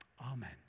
Amen